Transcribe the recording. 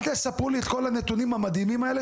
אל תספרו לי את כל הנתונים המדהימים האלה